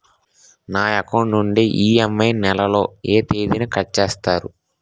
నా అకౌంట్ నుండి ఇ.ఎం.ఐ నెల లో ఏ తేదీన కట్ చేస్తారు?